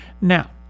Now